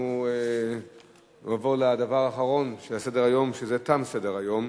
אנחנו נעבור לדבר האחרון שעל סדר-היום,